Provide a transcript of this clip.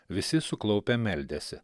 visi suklaupę meldėsi